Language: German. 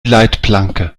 leitplanke